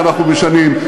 שאנחנו משנים,